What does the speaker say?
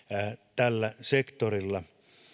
tällä sektorilla